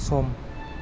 सम